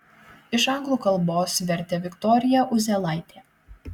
iš anglų kalbos vertė viktorija uzėlaitė